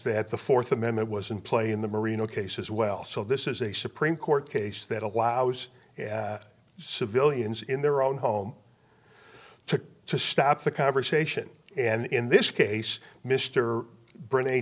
that the fourth amendment was in play in the merino case as well so this is a supreme court case that allows civilians in their own home to stop the conversation and in this case mr br